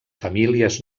famílies